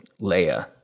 Leia